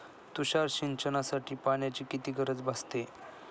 तुषार सिंचनासाठी पाण्याची किती गरज भासते?